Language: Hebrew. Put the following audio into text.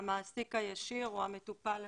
המעסיק הישיר הוא המטופל הסיעודי,